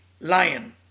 lion